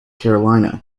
carolina